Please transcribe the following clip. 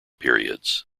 periods